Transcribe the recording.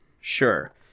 Sure